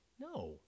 No